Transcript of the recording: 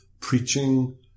preaching